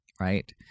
Right